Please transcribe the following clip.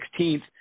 16th